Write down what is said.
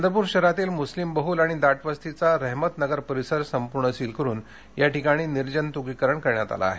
चंद्रपूर शहरातील मुस्लिम बहल आणि दाट वस्तीचा रहेमतनगर परिसर संपूर्ण सील करून या ठिकाणी निर्जत्कीकरण करण्यात आले आहेत